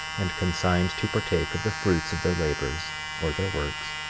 and consigned to partake of the fruits of their labors or their works,